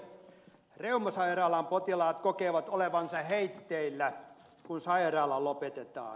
reumasairaalan potilaat kokevat olevansa heitteillä kun sairaala lopetetaan